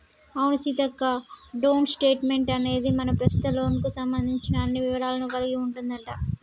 అవును సీతక్క డోంట్ స్టేట్మెంట్ అనేది మన ప్రస్తుత లోన్ కు సంబంధించిన అన్ని వివరాలను కలిగి ఉంటదంట